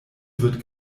wird